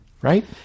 Right